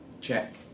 check